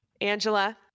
Angela